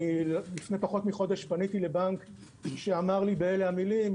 לפני פחות מחודש פניתי לבנק שאמר לי באלה המילים,